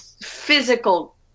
physical